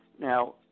Now